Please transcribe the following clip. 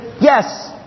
yes